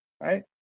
right